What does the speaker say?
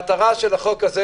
המטרה של החוק הזה